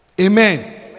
Amen